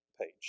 page